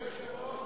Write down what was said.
אדוני היושב-ראש,